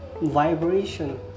vibration